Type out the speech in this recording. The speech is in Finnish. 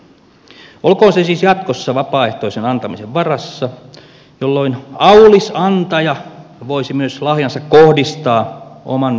olkoon se siis jatkossa vapaaehtoisen antamisen varassa jolloin aulis antaja voisi myös lahjansa kohdistaa oman mielensä mukaan